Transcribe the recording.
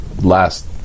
last